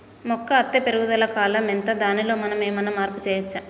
మొక్క అత్తే పెరుగుదల కాలం ఎంత దానిలో మనం ఏమన్నా మార్పు చేయచ్చా?